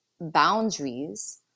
boundaries